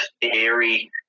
eerie